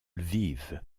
lviv